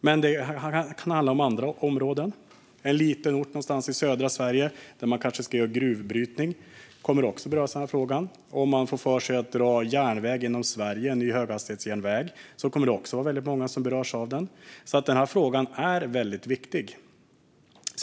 Det kan också handla om andra områden. En liten ort någonstans i södra Sverige där det kanske ska ske gruvbrytning kommer att beröras av denna fråga. Om man får för sig att dra en ny höghastighetsjärnväg genom Sverige kommer det också att vara många som berörs av detta. Frågan är alltså viktig.